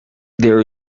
there